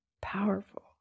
Powerful